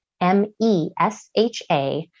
M-E-S-H-A